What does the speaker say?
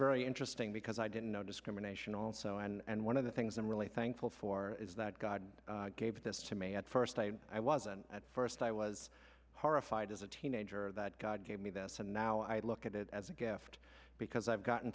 very interesting because i didn't know discrimination also and one of the things i'm really thankful for is that god gave this to me at first i i was and at first i was horrified as a teenager that god gave me this and now i look at it as a gift because i've gotten